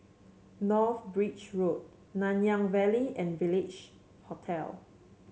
North Bridge Road Nanyang Valley and Village Hotel